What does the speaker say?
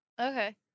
Okay